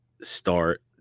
start